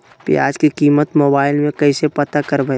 प्याज की कीमत मोबाइल में कैसे पता करबै?